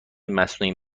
مصنوعی